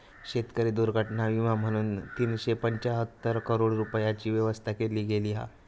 शेतकरी दुर्घटना विमा म्हणून तीनशे पंचाहत्तर करोड रूपयांची व्यवस्था केली गेली हा